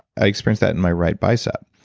i experienced that in my right bicep.